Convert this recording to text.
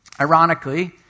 Ironically